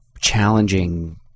challenging